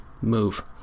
move